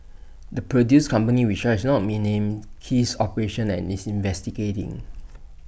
the produce company which has not been named ceased operations and is investigating